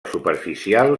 superficial